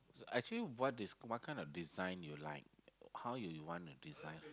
actually what is what kind of design you like how you wanna design